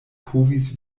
povis